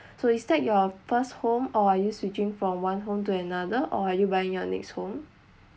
so is that your of first home or are you switching from one home to another or are you buying your next home